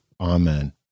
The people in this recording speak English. Amen